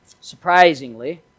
Surprisingly